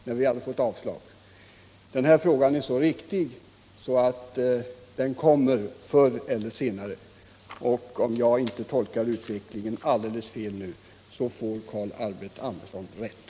Han sade då till mig: Den här frågan är så viktig att den förr eller senare kommer att genomföras, och om jag inte tolkar utvecklingen alldeles fel nu, så får Carl Albert Anderson rätt.